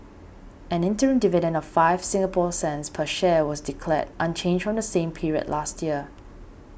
an interim dividend of five Singapore cents per share was declared unchanged from the same period last year